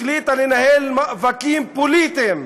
החליטה לנהל מאבקים פוליטיים,